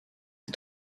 les